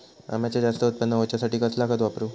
अम्याचा जास्त उत्पन्न होवचासाठी कसला खत वापरू?